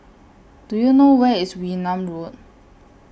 Do YOU know Where IS Wee Nam Road